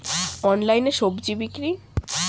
অনলাইনে স্বজি বিক্রি?